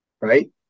right